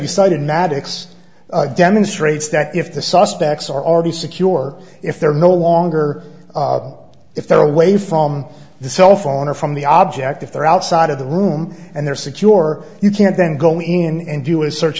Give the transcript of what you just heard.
you cited maddux demonstrates that if the suspects are already secure if they're no longer if they're away from the cell phone or from the object if they're outside of the room and they're secure you can't then go in and do a search